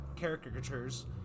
caricatures